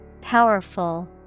Powerful